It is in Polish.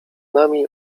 nami